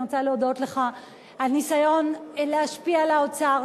אני רוצה להודות לך על הניסיון להשפיע על האוצר,